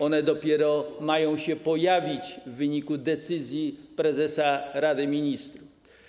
One dopiero mają się pojawić w wyniku decyzji prezesa Rady Ministrów.